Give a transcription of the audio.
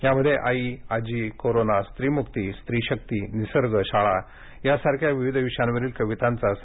यामध्ये आई आजी कोरोना स्त्रीमुक्ती स्त्रीशक्ती निसर्ग शाळा यांसारख्या विविध विषयांवरील कवितांचा समावेश होता